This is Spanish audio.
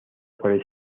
por